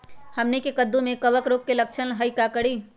हमनी के कददु में कवक रोग के लक्षण हई का करी?